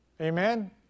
Amen